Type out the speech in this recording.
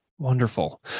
Wonderful